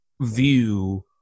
view